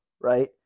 right